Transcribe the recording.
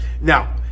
Now